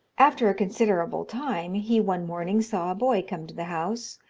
after a considerable time, he one morning saw a boy come to the house,